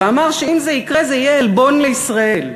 ואמר שאם זה יקרה, זה יהיה עלבון לישראל.